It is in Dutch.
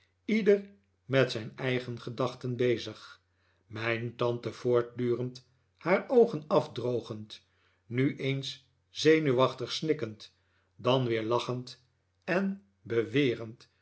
ieder met zijn eigen gedach'ten bezig mijn tante voortdurend haar oogen afdrogend nu eens zenuwachtig snikkend dan weer lachend en bewerend